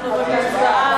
אנחנו עוברים להצבעה.